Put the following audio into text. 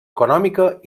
econòmica